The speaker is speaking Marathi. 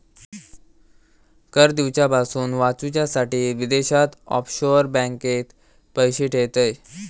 कर दिवच्यापासून वाचूच्यासाठी विदेशात ऑफशोअर बँकेत पैशे ठेयतत